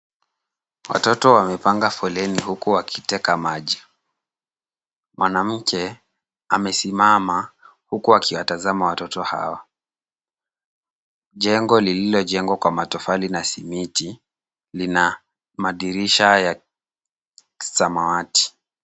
Watoto wamepanga foleni huku wakiteka maji. Mwanamke amesimama huku akitazama watoto hawa. Jengo lililojengwa kwa matofali na siminti lina madirisha ya samawati.